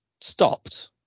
stopped